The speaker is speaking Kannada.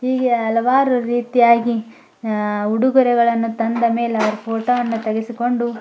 ಹೀಗೆ ಹಲವಾರು ರೀತಿಯಾಗಿ ಉಡುಗೊರೆಗಳನ್ನು ತಂದ ಮೇಲೆ ಅವ್ರು ಫೋಟೋವನ್ನು ತೆಗೆಸಿಕೊಂಡು